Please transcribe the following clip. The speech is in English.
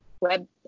web